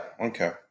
okay